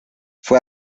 fue